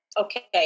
Okay